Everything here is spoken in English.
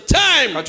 time